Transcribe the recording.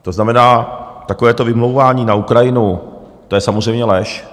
To znamená, takové to vymlouvání na Ukrajinu, to je samozřejmě lež.